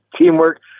Teamwork